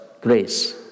grace